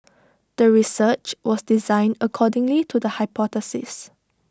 the research was designed accordingly to the hypothesis